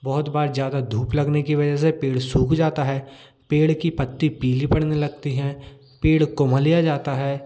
बहुत बार ज़्यादा धूप लगने की वजह से पेड़ सूख जाता है पेड़ की पत्ती पीली पड़ने लगती है पेड़ कोमाल्या जाता है